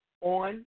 on